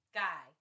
guy